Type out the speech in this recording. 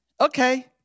okay